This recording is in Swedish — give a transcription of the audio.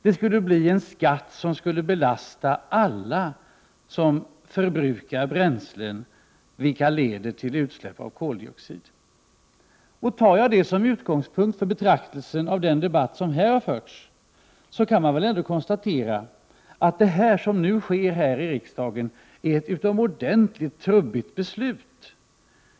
Det skulle bli en skatt som skulle belasta alla som förbrukar bränslen vilka leder till utsläpp av koldioxid. Om jag tar detta som utgångspunkt för betraktelsen av den debatt som här har förts, kan jag konstatera att det som nu diskuteras här i riksdagen är ett utomordentligt trubbigt beslut.